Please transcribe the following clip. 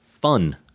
fun